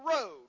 road